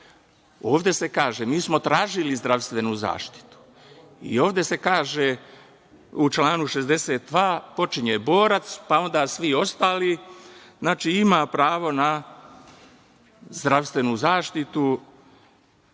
ovde se kaže, mi smo tražili zdravstvenu zaštitu i ovde se kaže u članu 62. počinje borac, pa onda svi ostali, ima pravo na zdravstvenu zaštitu